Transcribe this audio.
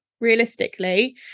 realistically